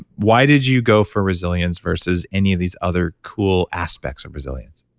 why did you go for resilience versus any of these other cool aspects of resilience?